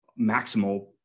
maximal